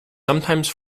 sometimes